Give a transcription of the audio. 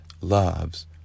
loves